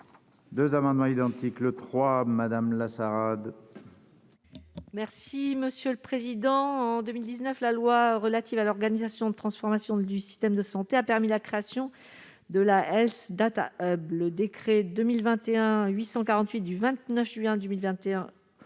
2 amendements identiques, le 3 Madame Lassaad. Merci monsieur le président, en 2019 la loi relative à l'organisation de transformation du système de santé a permis la création de la Health Data le décret 2021 848 du 29 juin 2021